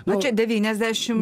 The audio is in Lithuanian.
nu čia devyniasdešim